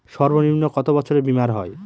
সর্বনিম্ন কত বছরের বীমার হয়?